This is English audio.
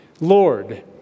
Lord